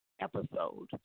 episode